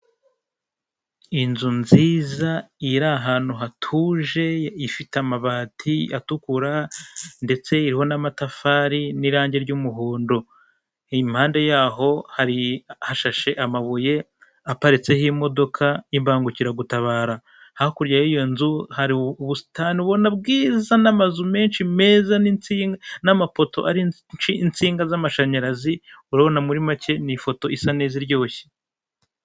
Inzu nziza iri ahantu hatuje ifite amabati atukura, ndetse iriho n'amatafari n'irangi ry'umuhondo. Impande yaho hari hashashe amabuye aparitseho imodoka y'imbangukiragutabara. Hakurya y'iyo nzu hari ubusitani urabona bwiza n'amazu menshi meza n'insinga n'amapoto insinga z'amashanyarazi, ubona muri make n'ifoto isa neza iryoshye.